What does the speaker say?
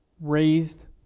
raised